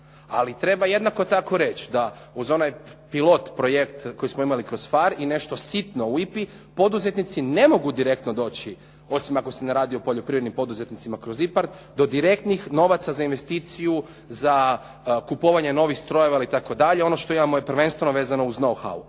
ali treba jednako tako reći da uz onaj pilot projekt koji smo imali kroz … /Govornik se ne razumije./ … i nešto sitno u IPA-i poduzetnici ne mogu direktno doći osim ako se ne radi o poljoprivrednim poduzetnicima kroz … /Govornik se ne razumije./ … do direktnih novaca za investiciju za kupovanje novih strojeva ili tako dalje, ono što imamo je prvenstveno vezano uz …